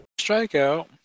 Strikeout